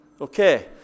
okay